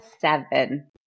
seven